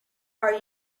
are